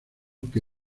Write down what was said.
que